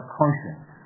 conscience